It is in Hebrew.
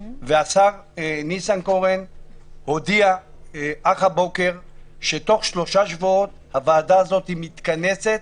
והשר ניסנקורן הודיע אך הבוקר שבתוך שלושה שבועות הוועדה הזאת מתכנסת,